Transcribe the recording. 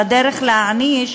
והדרך להעניש,